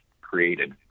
created